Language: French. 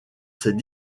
ses